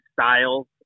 styles